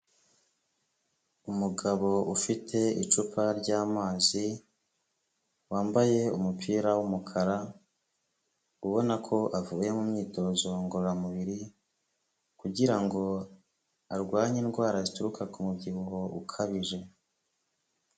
Umugabo ufite icupa ry'amazi, wambaye umupira w'umukara, ubona ko avuye mu myitozo ngororamubiri, kugira ngo arwanye indwara zituruka ku mubyibuho ukabije.